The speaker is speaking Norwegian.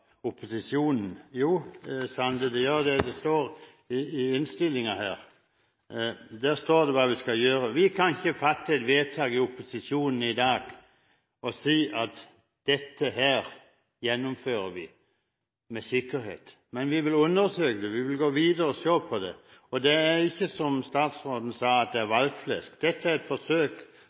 opposisjonen. Jo, det gjør det. I innstillingen står det hva vi skal gjøre. Vi kan ikke fatte et vedtak i opposisjonen i dag og si at dette gjennomfører vi med sikkerhet, men vi vil undersøke det, vi vil gå videre og se på det. Det er ikke, som statsråden sa, valgflesk. Dette er et forsøk